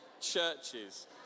churches